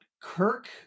Kirk